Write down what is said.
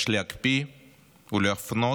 יש להקפיא ולהפנות